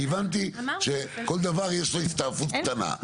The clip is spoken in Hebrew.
הבנתי שכל דבר יש לו הסתעפות קטנה.